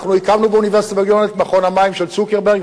הקמנו באוניברסיטת בן-גוריון את מכון המים של צוקרברג,